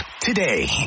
today